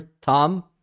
tom